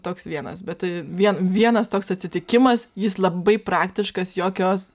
toks vienas bet vien vienas toks atsitikimas jis labai praktiškas jokios